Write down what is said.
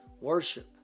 worship